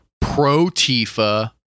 Pro-Tifa